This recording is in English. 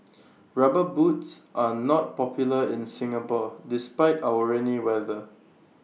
rubber boots are not popular in Singapore despite our rainy weather